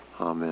Amen